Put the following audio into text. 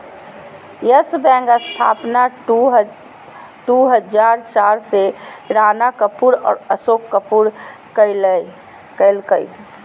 yes Bank स्थापना दू हजार चार में राणा कपूर और अशोक कपूर कइलकय